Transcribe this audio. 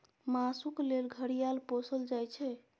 मासुक लेल घड़ियाल पोसल जाइ छै